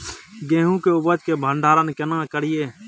गेहूं के उपज के भंडारन केना करियै?